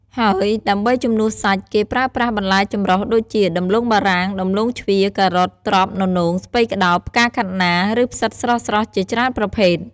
ហើយដើម្បីជំនួសសាច់ គេប្រើប្រាស់បន្លែចម្រុះដូចជា ដំឡូងបារាំង ដំឡូងជ្វា ការ៉ុត ត្រប់ ននោង ស្ពៃក្ដោប ផ្កាខាត់ណា ឬផ្សិតស្រស់ៗជាច្រើនប្រភេទ។